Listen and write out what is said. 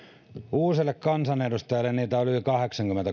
uusille kansanedustajille heitä on yli kahdeksankymmentä